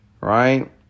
right